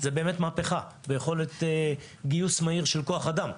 זאת באמת מהפכה ביכולת גיוס מהיר של כוח האדם.